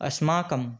अस्माकं